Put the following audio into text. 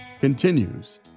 continues